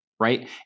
right